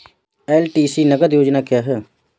LTC नगद योजना क्या है?